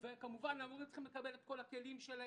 וכמובן המורים צריכים לקבל את כל הכלים,